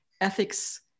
ethics